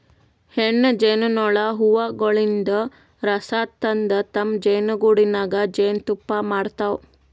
ಹೆಣ್ಣ್ ಜೇನಹುಳ ಹೂವಗೊಳಿನ್ದ್ ರಸ ತಂದ್ ತಮ್ಮ್ ಜೇನಿಗೂಡಿನಾಗ್ ಜೇನ್ತುಪ್ಪಾ ಮಾಡ್ತಾವ್